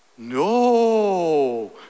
No